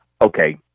okay